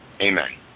Amen